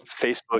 Facebook